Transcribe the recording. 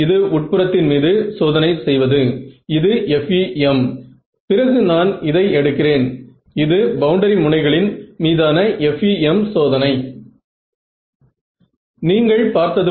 இது டெல்டா இடைவெளியுடன் உள்ளது